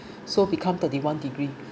so become thirty one degree